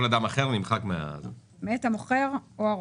זה יהיה מאת המוכר או הרוכש.